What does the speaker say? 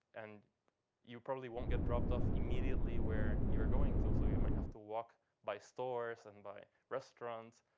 and you probably won't get dropped off immediately where you're going to so you might have to walk by stores and by restaurants,